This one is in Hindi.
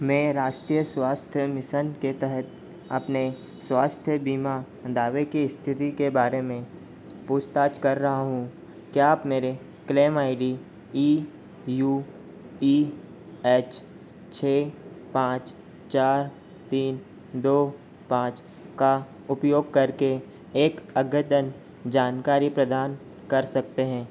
मैं राष्ट्रीय स्वास्थ्य मिसन के तहत अपने स्वास्थ्य बीमा दावे की इस्थिति के बारे में पूछताछ कर रहा हूँ क्या आप मेरे claim I D E U E H छः पाँच चार तीन दो पाँच का उपयोग करके एक अगदन जानकारी प्रदान कर सकते हैं